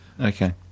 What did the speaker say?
Okay